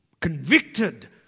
convicted